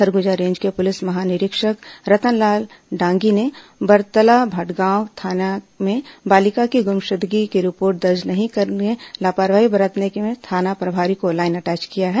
Surguja range के police महानिरीक्षक रतनलाल डांगी ने बरतला भटगांव थाने में बालिका की गुमशुदगी की रिपोर्ट दर्ज नहीं कर लापरवाही बरतने वाले थाना प्रभारी को लाईन अटैच किया है